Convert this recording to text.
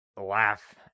laugh